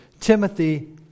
Timothy